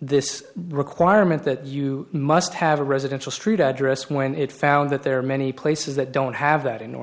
this requirement that you must have a residential street address when it found that there are many places that don't have that in north